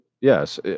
Yes